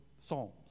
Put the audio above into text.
Psalms